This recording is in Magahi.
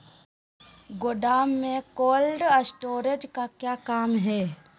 गोडम में कोल्ड स्टोरेज का क्या काम है?